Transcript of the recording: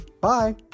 Bye